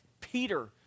Peter